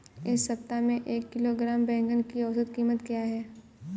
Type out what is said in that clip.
इस सप्ताह में एक किलोग्राम बैंगन की औसत क़ीमत क्या है?